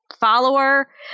follower